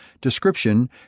description